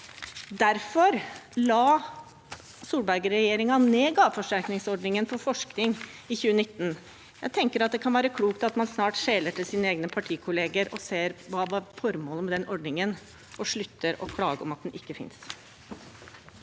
Derfor la Solberg-regjeringen ned gaveforsterkningsordningen på forskning i 2019. Jeg tenker at det kan være klokt snart å skjele til sine egne partikolleger og se på hva som var formålet med den ordningen, og slutte å klage på at den ikke finnes.